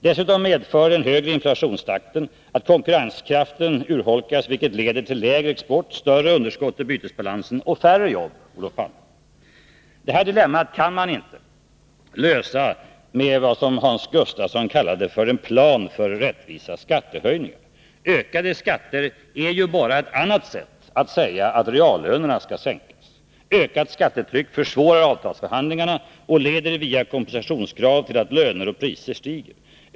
Dessutom medför den högre inflationstakten att konkurrenskraften urholkas, vilket leder till lägre export, större underskott i bytesbalansen och färre jobb, Olof Palme. Detta dilemma kan man inte komma ifrån genom vad Hans Gustafsson kallade en ”plan för rättvisa skattehöjningar”. Ökade skatter är ju bara ett annat uttryck för att reallönerna sänks. Ett ökat skattetryck försvårar avtalsförhandlingarna och leder via kompensationskrav till att löner och priser stiger.